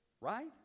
Right